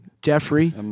Jeffrey